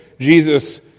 Jesus